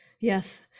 yes